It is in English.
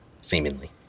seemingly